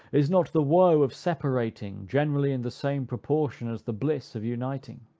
is not the woe of separating generally in the same proportion as the bliss of uniting?